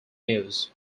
news